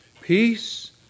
Peace